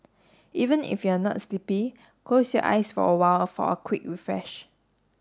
even if you are not sleepy close your eyes for a while for a quick refresh